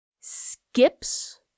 skips